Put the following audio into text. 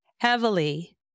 heavily